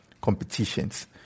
competitions